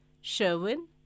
Sherwin